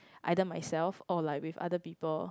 either myself or like with other people